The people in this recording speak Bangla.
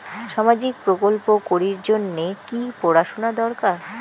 সামাজিক প্রকল্প করির জন্যে কি পড়াশুনা দরকার?